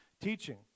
teaching